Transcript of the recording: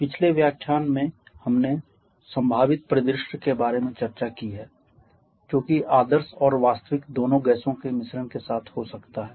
पिछले व्याख्यान में हमने संभावित परिदृश्य के बारे में चर्चा की है जो कि आदर्श और वास्तविक दोनों गैसों के मिश्रण के साथ हो सकता है